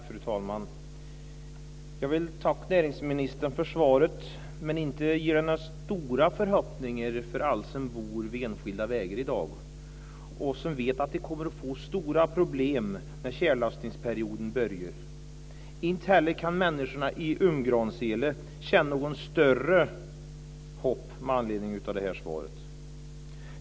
Fru talman! Jag vill tacka näringsministern för svaret, men inte ger det några stora förhoppningar för alla som bor vid enskilda vägar i dag och som vet att de kommer att få stora problem när tjällossningsperioden börjar. Inte heller kan människorna i Umgransele känna något större hopp med anledning av svaret.